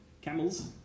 camels